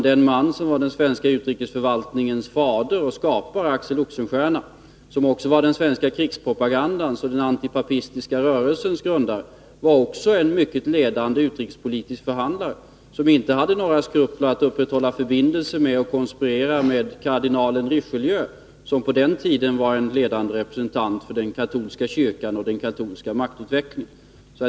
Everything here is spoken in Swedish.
Den man som var den svenska utrikesförvaltningens fader och skapare, Axel Oxenstierna, var också den svenska krigspropagandans och den antipapistiska rörelsens grundare. Han var även en mycket skicklig utrikespolitisk förhandlare, som inte hade några skrupler i fråga om att upprätthålla förbindelser och konspirera med kardinalen Richelieu, som på den tiden var en ledande representant för den katolska kyrkan och den katolska maktutvecklingen.